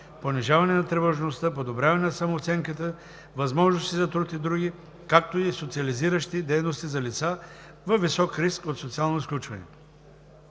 понижаване на тревожността, подобряване на самооценката, възможностите за труд и др., както и социализиращи дейности за лица във висок риск от социално изключване.